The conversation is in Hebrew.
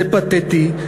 זה פתטי,